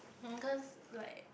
hmm cause like